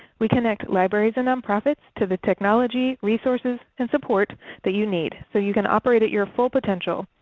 we connect libraries and nonprofits to the technology, resources, and support that you need so you can operate at your full potential,